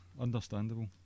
understandable